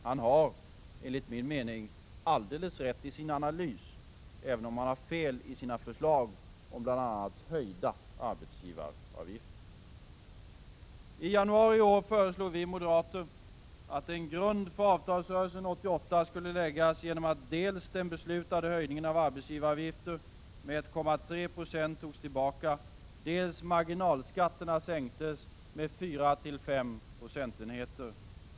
Han har enligt min mening alldeles rätt i sin analys, även om han har fel beträffande sina förslag om bl.a. höjda arbetsgivaravgifter. I januari i år föreslog vi moderater att en grund för avtalsrörelsen 1988 skulle läggas genom att dels den beslutade höjningen av arbetsgivaravgifterna med 1,3 9 togs tillbaka, dels marginalskatterna sänktes med fyra fem procentenheter.